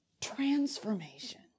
transformation